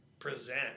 present